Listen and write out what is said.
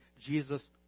Jesus